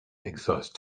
exhaust